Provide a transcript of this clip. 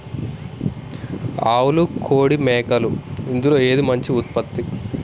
ఆవులు కోడి మేకలు ఇందులో ఏది మంచి ఉత్పత్తి?